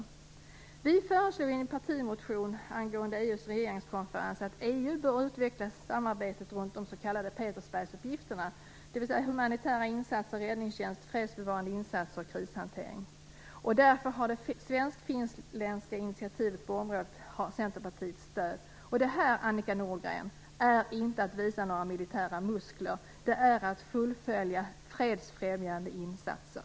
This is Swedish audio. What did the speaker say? Centerpartiet föreslog i sin partimotion angående EU:s regeringskonferens att EU bör utveckla samarbetet runt de s.k. Petersbergsuppgifterna, dvs. humanitära insatser, räddningstjänst, fredsbevarande insatser och krishantering. Därför har det svensk-finska initiativet på området Centerpartiets stöd. Detta är inte att visa några militära muskler, Annika Nordgren. Det är att fullfölja fredsfrämjande insatser.